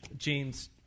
James